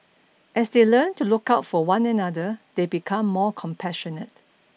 as they learn to look out for one another they become more compassionate